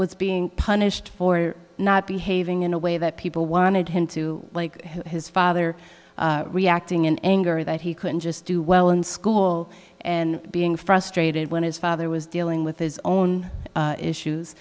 was being punished for not behaving in a way that people wanted him to like his father reacting in anger that he couldn't just do well in school and being frustrated when his father was dealing with his own issues